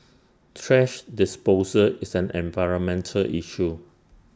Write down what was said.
thrash disposal is an environmental issue